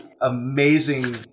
amazing